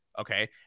Okay